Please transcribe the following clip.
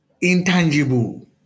intangible